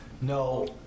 No